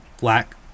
black